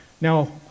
now